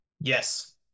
Yes